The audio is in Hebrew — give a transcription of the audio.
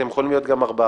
אתם יכולים להיות גם ארבעה.